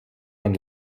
man